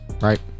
Right